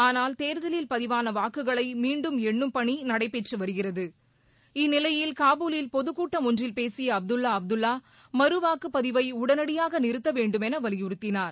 ஆனால் தேர்தலில் பதிவான வாக்குகளை மீண்டும் எண்ணும் பணி நடைபெற்று வருகிறது இந்நிலையில் காபூலில் பொதுக்கூட்டம் ஒன்றில் பேசிய அப்துல்லா அப்துல்லா மறுவாக்குப்பதிவை உடனடியாக நிறுத்த வேண்டுமென வலியுறுத்தினார்